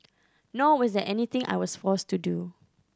nor was there anything I was forced to do